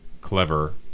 clever